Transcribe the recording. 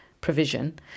provision